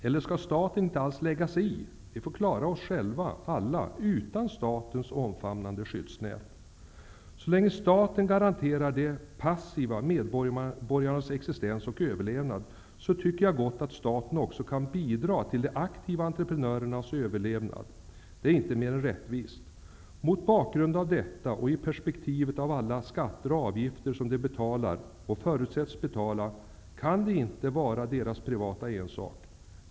Eller skall staten inte alls lägga sig i? Skall vi alla klara oss själva, utan statens omfattande skyddsnät? Så länge staten garanterar de passiva medborgarnas existens och överlevnad, tycker jag gott att staten också kan bidra till de aktiva entreprenörernas överlevnad. Det är inte mer än rättvist. Mot bakgrund av detta och i perspektivet av alla skatter och avgifter som de betalar och förutsätts betala kan överlevnaden inte vara deras privata ensak.